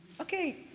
Okay